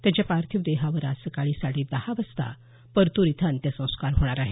त्यांच्या पार्थिव देहावर आज सकाळी साडे दहा वाजता परतूर इथं अंत्यसंस्कार होणार आहेत